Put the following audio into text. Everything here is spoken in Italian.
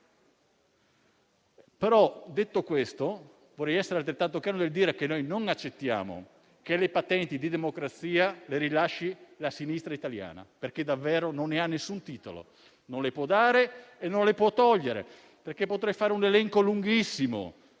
volte? Detto questo, però, vorrei essere altrettanto chiaro nel dire che non accettiamo che le patenti di democrazia le rilasci la sinistra italiana, perché davvero non ne ha alcun titolo, non le può dare e non le può togliere, perché potrei fare un elenco lunghissimo